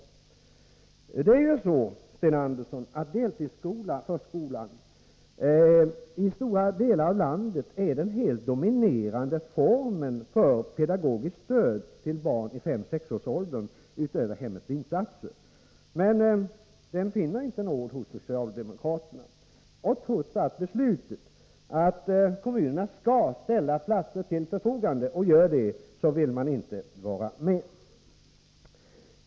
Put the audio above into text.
Det är så, Sten Andersson, att deltidsförskolan i stora delar av landet är den helt dominerande formen för pedagogiskt stöd till barn i 5-6-årsåldern utöver hemmets insatser. Men den finner inte nåd hos socialdemokraterna, och trots beslutet att kommunerna skall ställa platser till förfogande och gör det, vill man inte vara med.